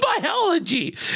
biology